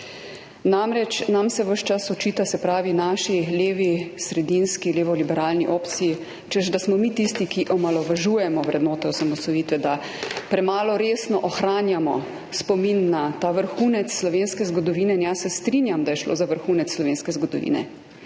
Namreč, nam se ves čas očita, se pravi naši levosredinski, levoliberalni opciji, češ da smo mi tisti, ki omalovažujemo vrednote osamosvojitve, da premalo resno ohranjamo spomin na ta vrhunec slovenske zgodovine, in jaz se strinjam, da je šlo za vrhunec slovenske zgodovine.